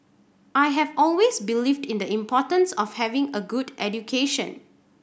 I have always believed in the importance of having a good education